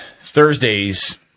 Thursdays